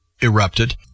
erupted